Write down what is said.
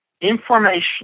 information